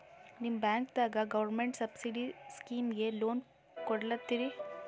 ನಿಮ ಬ್ಯಾಂಕದಾಗ government subsidy ಸ್ಕೀಮಿಗಿ ಲೊನ ಕೊಡ್ಲತ್ತೀರಿ?